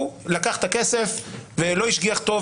הוא לקח את הכסף ולא השגיח טוב,